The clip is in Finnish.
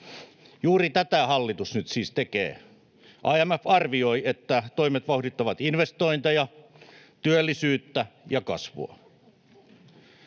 Juuri tätä hallitus nyt siis tekee. IMF arvioi, että toimet vauhdittavat investointeja, työllisyyttä ja kasvua.